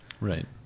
right